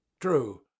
true